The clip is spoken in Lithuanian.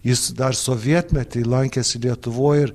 jis dar sovietmetį lankėsi lietuvoj ir